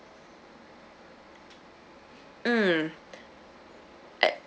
mm eh